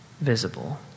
visible